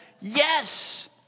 yes